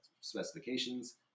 specifications